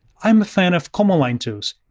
i'm a fan of command line tools.